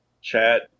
chat